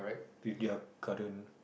with their current